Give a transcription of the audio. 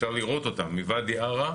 שאפשר לראות אותן מוואדי ערה.